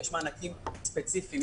יש מענקים ספציפיים,